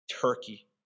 Turkey